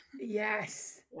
Yes